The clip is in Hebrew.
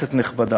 כנסת נכבדה,